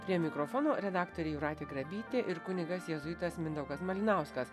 prie mikrofono redaktorė jūratė grabytė ir kunigas jėzuitas mindaugas malinauskas